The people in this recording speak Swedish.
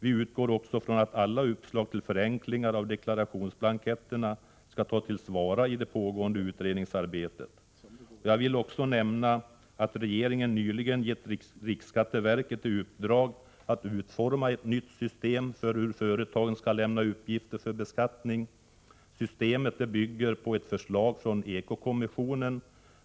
Vi utgår också från att alla uppslag till förenklingar av deklarationsblanketterna skall tas till vara i det pågående utredningsarbetet. 91 Jag vill också nämna att regeringen nyligen gett riksskatteverket i uppdrag att utforma ett nytt system för hur företagen skall lämna uppgifter för beskattning. Systemet bygger på ett förslag från eko-kommissionen.